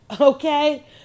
Okay